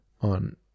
on